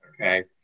Okay